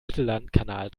mittellandkanal